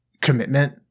commitment